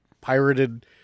pirated